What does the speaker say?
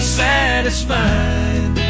satisfied